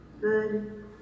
Good